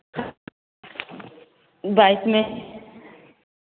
बाईस में